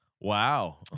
Wow